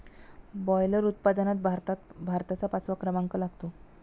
boiler उत्पादनात भारताचा पाचवा क्रमांक लागतो